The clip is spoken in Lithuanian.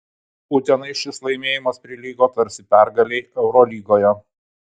utenai šis laimėjimas prilygo tarsi pergalei eurolygoje